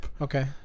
Okay